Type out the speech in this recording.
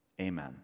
Amen